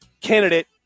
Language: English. candidate